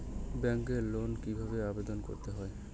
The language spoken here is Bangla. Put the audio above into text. ব্যাংকে লোন কিভাবে আবেদন করতে হয়?